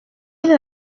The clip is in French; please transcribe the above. ils